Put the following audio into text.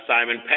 Simon